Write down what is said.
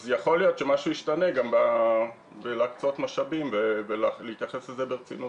אז יכול להיות שמשהו ישתנה גם בלהקצות משאבים ולהתייחס לזה ברצינות.